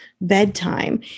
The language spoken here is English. bedtime